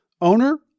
owner